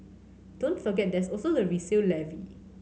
don't forget there's also the resale levy